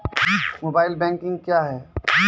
Mobile banking क्या हैं?